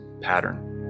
pattern